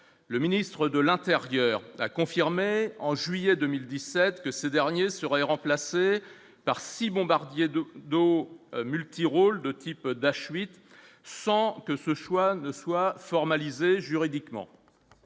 le ministre de l'Intérieur a confirmé en juillet 2017, que ces derniers seraient remplacés par 6 bombardiers d'eau d'eau multirôle de type Dash 8 sans que ce choix ne soit formalisé juridiquement